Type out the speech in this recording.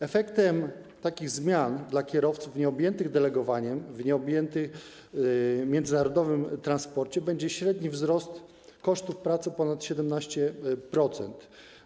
Efektem takich zmian dla kierowców nieobjętych delegowaniem w międzynarodowym transporcie będzie średni wzrost kosztów pracy o ponad 17%.